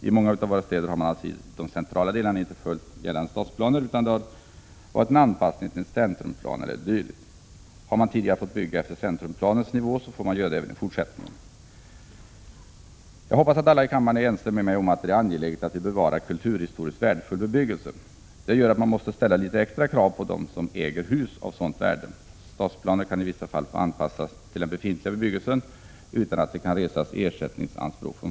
I många av våra städer har man i de centrala delarna inte följt gällande stadsplaner, utan en anpassning till en centrumplan e. d. har gällt. Har man tidigare fått bygga efter centrumplanens nivå får man göra det även i fortsättningen. Jag hoppas att alla i kammaren är ense med mig om att det är angeläget att bevara kulturhistoriskt värdefull bebyggelse. Det gör att man måste ställa litet extra krav på den som äger hus av sådant värde. Stadsplaner kan i vissa fall få anpassas till den befintliga bebyggelsen, utan att fastighetsägaren kan resa ersättningsanspråk.